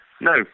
No